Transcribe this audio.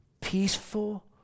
peaceful